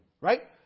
Right